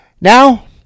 Now